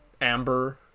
Amber